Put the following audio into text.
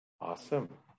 awesome